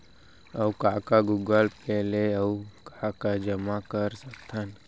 अऊ का का गूगल पे ले अऊ का का जामा कर सकथन?